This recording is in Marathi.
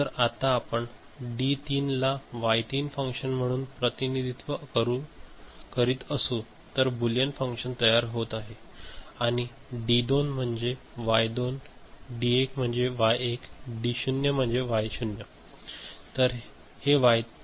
जर आता आपण डी 3 ला वाय 3 फंक्शन म्हणून प्रतिनिधित्व करीत असू तर बुलियन फंक्शन तयार होत आहे आणि डी 2 म्हणजे वाय 2 डी 1 म्हणजे वाय 1 आणि डी 0 म्हणजे वाय 0 तर हे वाई 3 काय आहे